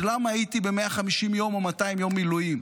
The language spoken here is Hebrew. למה הייתי ב-150 יום או 200 יום מילואים?